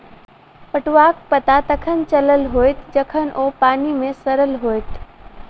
पटुआक पता तखन चलल होयत जखन ओ पानि मे सड़ल होयत